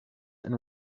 and